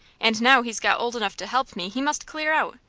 and now he's got old enough to help me he must clear out.